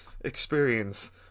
experience